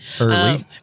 early